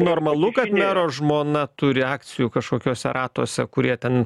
normalu kad mero žmona turi akcijų kažkokiuose ratuose kurie ten